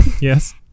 Yes